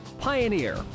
Pioneer